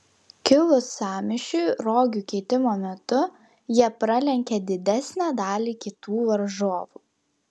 kilus sąmyšiui rogių keitimo metu jie pralenkė didesnę dalį kitų varžovų